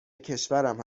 کشورم